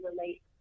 relate